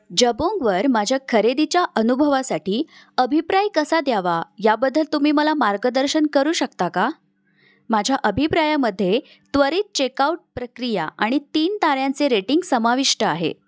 जबोंगवर माझ्या खरेदीच्या अनुभवासाठी अभिप्राय कसा द्यावा याबद्दल तुम्ही मला मार्गदर्शन करू शकता का माझ्या अभिप्रायामध्ये त्वरित चेकआउट प्रक्रिया आणि तीन ताऱ्यांचे रेटिंग समाविष्ट आहे